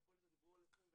בפוליסת --- 21,